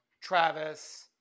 Travis